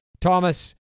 Thomas